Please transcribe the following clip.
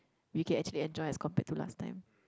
we can actually enjoy as compared to last time